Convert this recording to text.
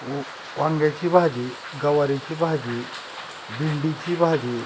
व वांग्याची भाजी गवारीची भाजी भेंडीची भाजी